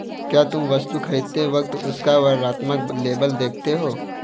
क्या तुम वस्तु खरीदते वक्त उसका वर्णात्मक लेबल देखते हो?